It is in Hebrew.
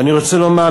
ואני רוצה לומר,